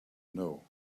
know